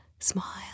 Smile